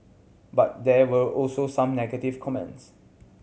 but there were also some negative comments